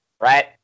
right